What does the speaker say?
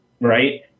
Right